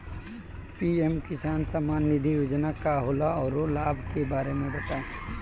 PM किसान सम्मान निधि योजना का होला औरो लाभ के बारे में बताई?